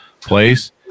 place